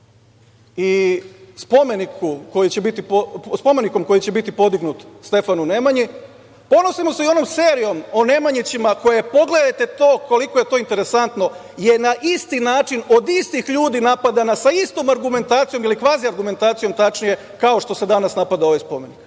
i spomeniku koji će biti podignut Stefanu Nemanji. Ponosimo se i onom serijom o Nemanjićima koja je, pogledajte koliko je to interesantno, je na isti način, od istih ljudi napadana, sa istom argumentacijom, kvazi argumentacijom tačnije, kao što se danas napada ovaj spomenik,